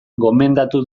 gomendatu